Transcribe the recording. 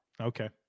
okay